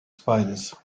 spiders